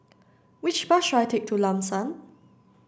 which bus should I take to Lam San